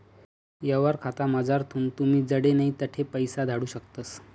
यवहार खातामझारथून तुमी जडे नै तठे पैसा धाडू शकतस